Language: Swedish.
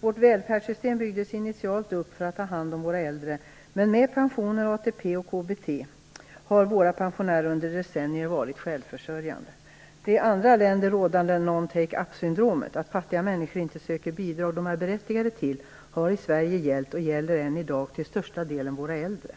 Vårt välfärdssystem byggdes initialt upp för att ta hand om våra äldre, men med pensioner, ATP och KBT har våra pensionärer under decennier varit självförsörjande. Det i andra länder rådande non-take-upsyndromet, dvs. att fattiga människor inte söker de bidrag de är berättigade till, har i Sverige förekommit och förekommer än i dag till största delen bland våra äldre.